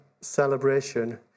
celebration